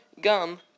gum